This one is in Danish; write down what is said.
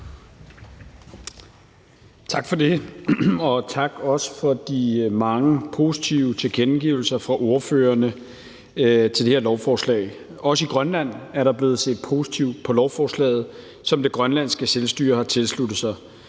Tak for det, og også tak for de mange positive tilkendegivelser fra ordførerne til det her lovforslag. Også i Grønland er der blevet set positivt på lovforslaget, som det grønlandske selvstyre har tilsluttet sig.